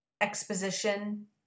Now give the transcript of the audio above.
exposition